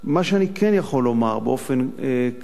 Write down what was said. מה שאני כן יכול לומר באופן כללי,